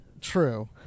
True